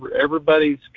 everybody's